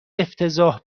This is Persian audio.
افتضاح